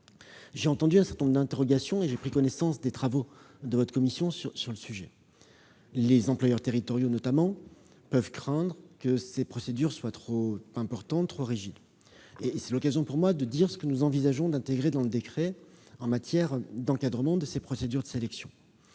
J'ai entendu un certain nombre d'interrogations et j'ai pris connaissance des travaux de votre commission sur le sujet. Les employeurs territoriaux, notamment, peuvent craindre que ces procédures ne soient trop rigides. Cela me donne l'occasion de préciser ce que nous envisageons d'intégrer dans le décret en matière d'encadrement de ces procédures de sélection.